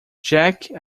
jack